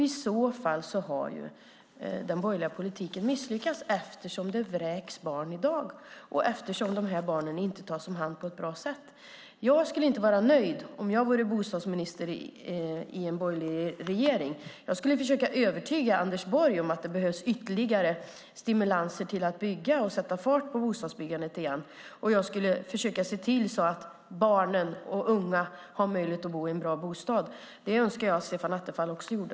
I så fall har den borgerliga politiken misslyckats eftersom barn vräks i dag och de inte tas om hand på ett bra sätt. Om jag vore bostadsminister i en borgerlig regering skulle jag inte vara nöjd. Jag skulle försöka övertyga Anders Borg om att det behövs ytterligare stimulanser till att bygga och sätta fart på bostadsbyggandet. Jag skulle försöka se till att barn och unga kan bo i en bra bostad. Det önskar jag att Stefan Attefall också gjorde.